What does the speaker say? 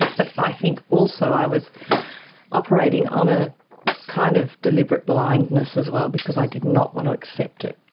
but i think also i was operating on a kind of deliberate blindness as well because i did not want to accept it.